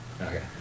Okay